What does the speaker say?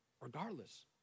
regardless